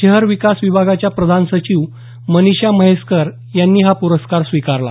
शहर विकास विभागाच्या प्रधान सचिव मनिषा म्हैसेकर यांनी हा पुरस्कार स्वीकारला